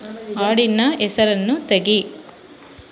ಹಾಡಿನ ಹೆಸರನ್ನು ತೆಗಿ